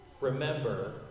remember